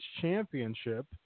Championship